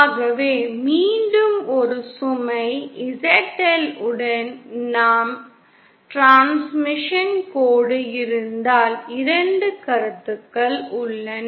ஆகவே மீண்டும் ஒரு சுமை ZL உடன் நம் டிரான்ஸ்மிஷன் கோடு இருந்தால் 2 கருத்துக்கள் உள்ளன